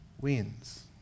wins